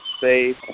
safe